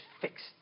fixed